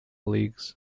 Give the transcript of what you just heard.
leagues